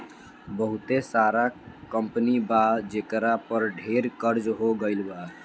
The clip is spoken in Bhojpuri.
बहुते सारा कंपनी बा जेकरा पर ढेर कर्ज हो गइल बा